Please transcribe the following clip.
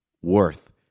worth